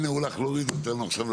הנה הוא הולך להוריד אותנו עכשיו לקרקע.